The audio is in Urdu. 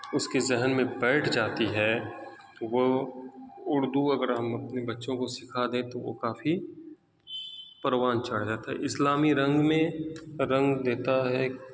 اس کے ذہن میں بیٹھ جاتی ہے وہ اردو اگر ہم اپنے بچوں کو سکھا دیں تو وہ کافی پروان چڑھ جاتا ہے اسلامی رنگ میں رنگ دیتا ہے